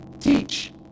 teach